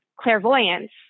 clairvoyance